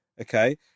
okay